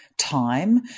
time